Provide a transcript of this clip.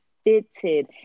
fitted